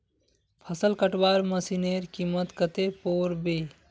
फसल कटवार मशीनेर कीमत कत्ते पोर बे